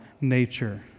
nature